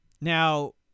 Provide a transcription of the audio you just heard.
Now